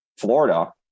Florida